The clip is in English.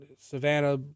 Savannah